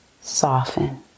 soften